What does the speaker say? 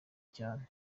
cyane